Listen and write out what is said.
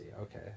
okay